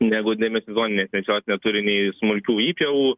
negu demisezonines nes jos neturi nei smulkių įpjovų